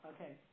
Okay